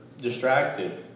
distracted